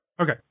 Okay